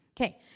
okay